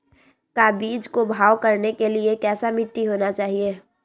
का बीज को भाव करने के लिए कैसा मिट्टी होना चाहिए?